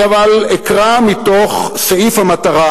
אבל אני אקרא מתוך סעיף המטרה.